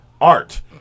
art